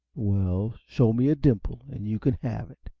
well, show me a dimple and you can have it.